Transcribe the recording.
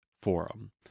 Forum